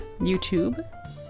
YouTube